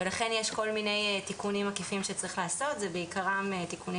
לכן יש כל מיני תיקונים עקיפים שצריך לעשות שבעיקרם אלה תיקונים